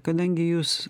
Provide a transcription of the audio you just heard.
kadangi jūs